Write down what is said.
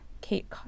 Kate